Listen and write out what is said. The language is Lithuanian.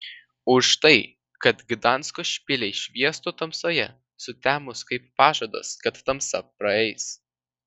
už tai kad gdansko špiliai šviestų tamsoje sutemus kaip pažadas kad tamsa praeis